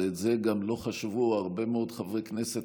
שאת זה לא חשבו גם הרבה מאוד חברי כנסת